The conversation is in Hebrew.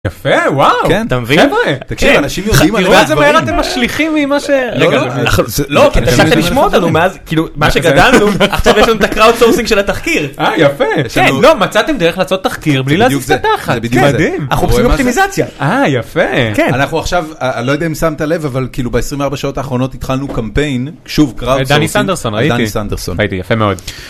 יפה וואו, תגידי אנשים משליכים מה שגדלנו עכשיו יש לנו את הקראוט סורסינג של התחקיר, מצאתם דרך לעשות תחקיר בלי לעשות סטאטה אחת אנחנו עושים אופטימיזציה, אה יפה, אנחנו עכשיו אני לא יודע אם שמת לב אבל כאילו ב24 שעות האחרונות התחלנו קמפיין, שוב קראוט סורסינג, דני סנדרסון הייתי יפה מאוד.